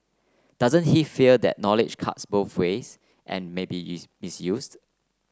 doesn't he fear that knowledge cuts both ways and maybe is misused